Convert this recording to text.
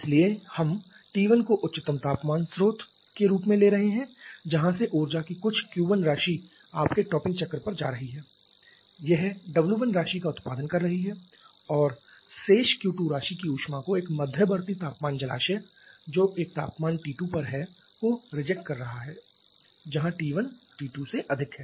इसलिए हम T1 को उच्चतम तापमान स्रोत के रूप में ले रहे हैं जहां से ऊर्जा की कुछ Q1 राशि आपके टॉपिंग चक्र पर जा रही है यह W1 राशि का उत्पादन कर रही है और शेष Q2 राशि की ऊष्मा को एक मध्यवर्ती तापमान जलाशय जो एक तापमान T2 है को reject कर रहा है जहां T1 T2 से अधिक है